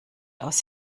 aus